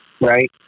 right